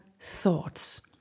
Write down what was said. thoughts